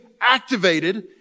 activated